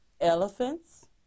elephants